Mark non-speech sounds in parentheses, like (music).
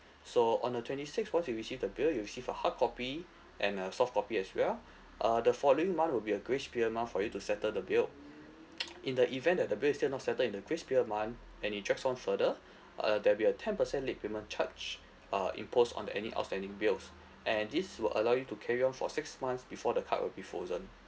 so on the twenty sixth once you received the bill you received a hardcopy and a soft copy as well (breath) uh the following month will be a grace period month for you to settle the bill in the event that the bill is still not settled in the crispier month and it dragged on further (breath) uh there will be a ten percent late payment charge uh imposed on the any outstanding bills and this will allow you to carry on for six months before the card will be frozen